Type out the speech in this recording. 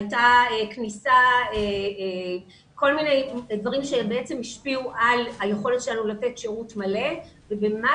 היו כל מיני דברים שהשפיעו על היכולת שלנו לתת שירות מלא ובחודש מאי